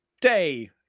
day